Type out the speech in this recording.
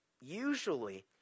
usually